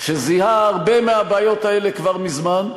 שזיהה הרבה מהבעיות האלה כבר מזמן,